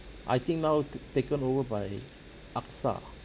I think now ta~ taken over by axa